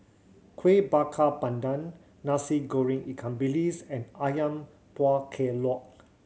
Kueh Bakar Pandan Nasi Goreng ikan bilis and Ayam Buah Keluak